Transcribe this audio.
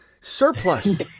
surplus